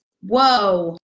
whoa